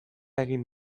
egin